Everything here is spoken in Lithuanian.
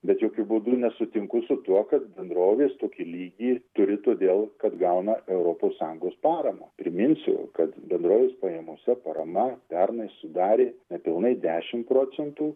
bet jokiu būdu nesutinku su tuo kad bendrovės tokį lygį turi todėl kad gauna europos sąjungos paramą priminsiu kad bendrovės pajamose parama pernai sudarė nepilnai dešim procentų